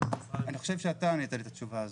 אני חושב שאתה ענית לי את התשובה הזאת.